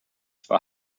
for